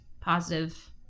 positive